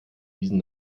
diesen